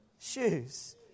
shoes